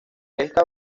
ésta